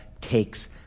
takes